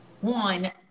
one